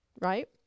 Right